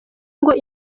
ngo